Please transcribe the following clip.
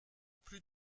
plus